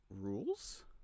rules